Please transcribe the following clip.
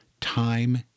time